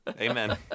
Amen